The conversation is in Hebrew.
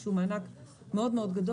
שהוא מענק גדול מאוד.